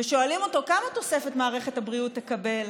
ושואלים אותו: כמה תוספת מערכת הבריאות תקבל?